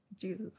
Jesus